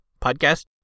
Podcast